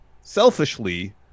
selfishly